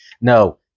No